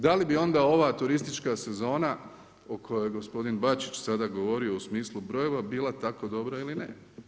Da li bi ova turistička sezona o kojoj je gospodin Bačić sada govorio u smislu brojeva bila tako dobra ili ne?